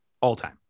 all-time